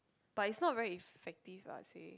but it's not very effective I would say